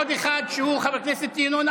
חבר הכנסת גפני.